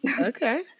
okay